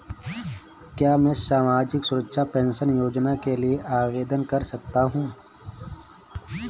क्या मैं सामाजिक सुरक्षा पेंशन योजना के लिए आवेदन कर सकता हूँ?